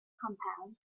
compound